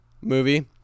movie